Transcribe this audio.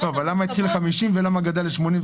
למה זה התחיל עם 50,000 ולמה זה גדל ל-85,000?